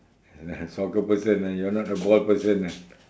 soccer person ah you are not a ball person ah